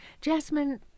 Jasmine